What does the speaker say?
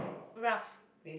rough